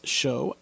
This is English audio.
show